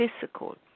physical